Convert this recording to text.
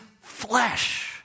flesh